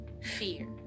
fear